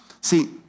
See